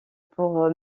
pour